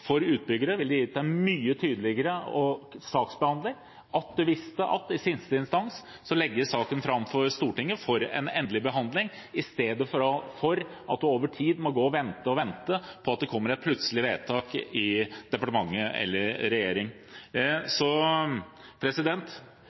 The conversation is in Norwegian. for utbyggere ville det gitt en mye tydeligere saksbehandling at de visste at saken i siste instans legges fram for Stortinget for en endelig behandling istedenfor at de over tid må gå og vente og vente på at det kommer et plutselig vedtak i departementet eller regjeringen. Så